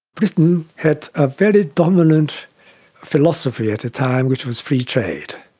britain had a very dominant philosophy at the time which was free trade.